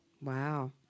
Wow